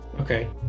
Okay